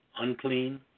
unclean